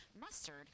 mustard